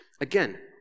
again